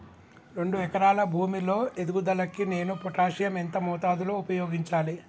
రెండు ఎకరాల భూమి లో ఎదుగుదలకి నేను పొటాషియం ఎంత మోతాదు లో ఉపయోగించాలి?